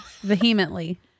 Vehemently